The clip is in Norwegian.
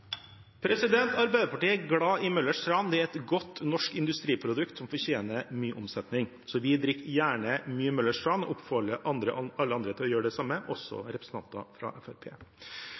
Arbeiderpartiet er glad i Møller’s Tran. Det er et godt norsk industriprodukt som fortjener mye omsetning, så vi drikker gjerne mye Møller’s Tran og oppfordrer alle andre til å gjøre det samme, også representanter fra